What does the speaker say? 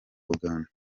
uganda